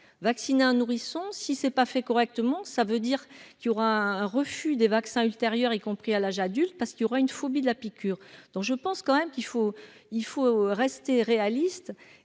vacciner un nourrisson si c'est pas fait correctement, ça veut dire qu'il y aura un refus des vaccins ultérieur, y compris à l'âge adulte parce qu'il y aura une phobie de la piqûre, donc je pense quand même qu'il faut, il faut rester réaliste